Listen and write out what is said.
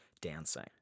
dancing